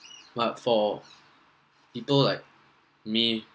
but for people like me